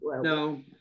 No